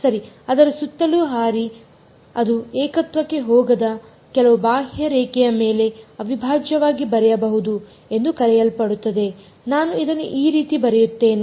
ಅದರ ಸುತ್ತಲೂ ಹಾರಿ ಅದರ ಸುತ್ತಲೂ ಹಾರಿ ಅದು ಏಕತ್ವಕ್ಕೆ ಹೋಗದ ಕೆಲವು ಬಾಹ್ಯರೇಖೆಯ ಮೇಲೆ ಅವಿಭಾಜ್ಯವಾಗಿ ಬರೆಯಬಹುದು ಎಂದು ಕರೆಯಲ್ಪಡುತ್ತದೆ ನಾನು ಇದನ್ನು ಈ ರೀತಿ ಬರೆಯುತ್ತೇನೆ